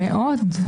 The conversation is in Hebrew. מאוד.